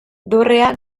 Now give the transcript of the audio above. dorrea